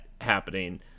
happening